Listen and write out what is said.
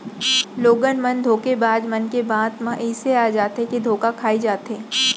लोगन मन धोखेबाज मन के बात म अइसे आ जाथे के धोखा खाई जाथे